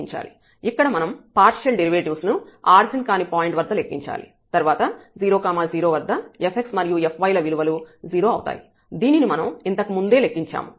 ఇక్కడ మనం partial derivatives ను ఆరిజిన్ కాని పాయింట్ వద్ద లెక్కించాలి తర్వాత 0 0 వద్ద fx మరియు fy ల విలువలు 0 అవుతాయి దీనిని మనం ఇంతకుముందే లెక్కించాము